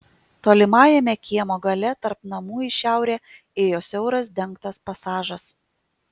tolimajame kiemo gale tarp namų į šiaurę ėjo siauras dengtas pasažas